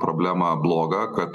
problemą blogą kad